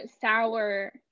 Sour